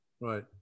Right